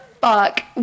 fuck